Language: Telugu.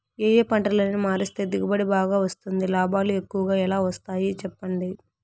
ఏ ఏ పంటలని మారిస్తే దిగుబడి బాగా వస్తుంది, లాభాలు ఎక్కువగా ఎలా వస్తాయి సెప్పండి